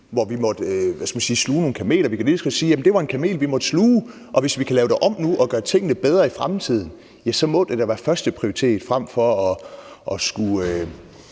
hvor vi måtte sluge nogle kameler. Vi kan lige så godt sige, at det var en kamel, vi måtte sluge, og hvis vi kan lave det om nu og gøre tingene bedre i fremtiden, ja, så må det da være førsteprioritet frem for at skulle